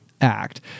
act